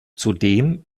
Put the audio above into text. zudem